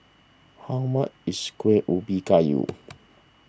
how much is Kuih Ubi Kayu